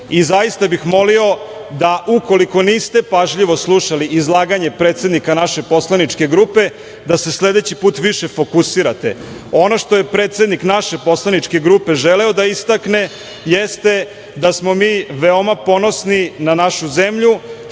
i zaista bih molio da ukoliko niste pažljivo slušali izlaganje predsednika naše poslaničke grupe, da se sledeći put više fokusirate. Ono što je predsednik naše poslaničke grupe želeo da istakne jeste da smo mi veoma ponosni na našu zemlju